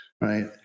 Right